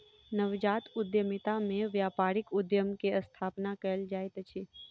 नवजात उद्यमिता में व्यापारिक उद्यम के स्थापना कयल जाइत अछि